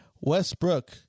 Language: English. Westbrook